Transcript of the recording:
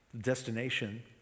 destination